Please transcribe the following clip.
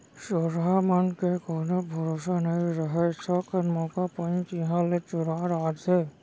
चोरहा मन के कोनो भरोसा नइ रहय, थोकन मौका पाइन तिहॉं ले चोरा डारथें